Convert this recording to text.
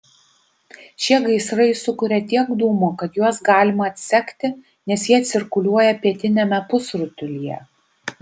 šie gaisrai sukuria tiek dūmų kad juos galima atsekti nes jie cirkuliuoja pietiniame pusrutulyje